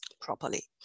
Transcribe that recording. properly